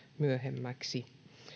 myöhemmäksi